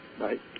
Right